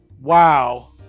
Wow